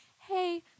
hey